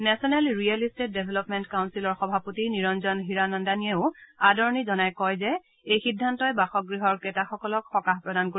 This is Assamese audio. নেচনেল ৰিয়েল ইট্টেট ডেভেলপমেণ্ট কাউগিলৰ সভাপতি নিৰঞ্জন হীৰানন্দানীয়েও আদৰণি জনাই কয় যে এই সিদ্ধান্তই বাসগৃহ ক্ৰেতাসকলক সকাহ প্ৰদান কৰিব